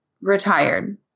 retired